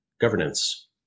governance